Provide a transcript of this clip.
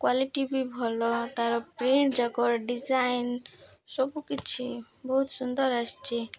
quality ବି ଭଲ ତା'ର ପ୍ରିଣ୍ଟ୍ ଯାକର୍ ଡିଜାଇନ୍ ସବୁକିଛି ବହୁତ ସୁନ୍ଦର ଆସିଛି